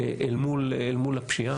אל מול הפשיעה.